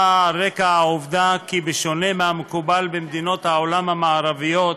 באה על רקע העובדה כי בשונה מהמקובל במדינות העולם המערביות,